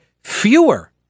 fewer